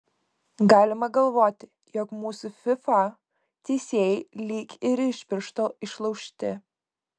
galima galvoti jog mūsų fifa teisėjai lyg ir iš piršto išlaužti